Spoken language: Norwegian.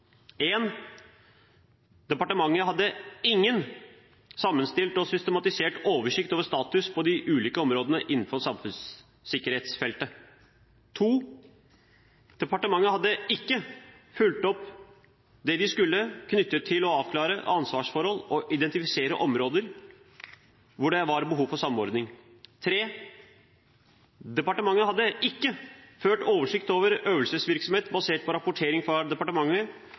noen: Departementet hadde ingen sammenstilt og systematisert oversikt over status på de ulike områdene innenfor samfunnssikkerhetsfeltet. Departementet hadde ikke fulgt opp det de skulle, knyttet til å avklare ansvarsforhold og identifisere områder hvor det var behov for samordning. Departementet hadde ikke ført oversikt over øvelsesvirksomhet basert på rapportering fra departementet